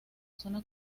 zona